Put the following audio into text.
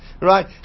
Right